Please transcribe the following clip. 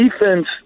defense